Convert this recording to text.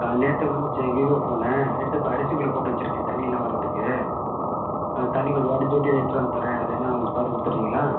நேற்று விழுந்துச்சு Vivo phone எடுத்து இப்போ அரிசிக்குள்ளே போட்டு வெச்சுருக்கேன் தண்ணிலாம் வர்றத்துக்கு தண்ணி கொஞ்சம் வடிஞ்சவிட்டு எடுத்துட்டு வந்து தர்றேன் அது என்னென்னு கொஞ்சம் பார்த்து கொடுத்துட்றிங்களா